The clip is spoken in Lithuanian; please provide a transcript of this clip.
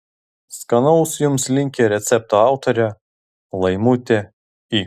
skanaus jums linki recepto autorė laimutė i